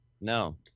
No